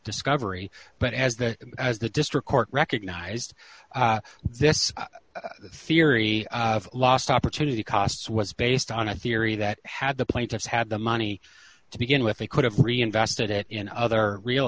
discovery but as the as the district court recognized this theory of lost opportunity costs was based on a theory that had the plaintiffs had the money to begin with they could have reinvested it in other real